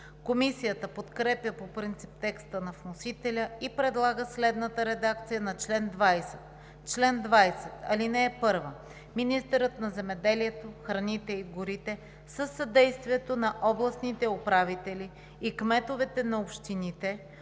Комисията подкрепя по принцип текста на вносителя и предлага следната редакция на чл. 20: „Чл. 20. (1) Министърът на земеделието, храните и горите със съдействието на областните управители и кметовете на общините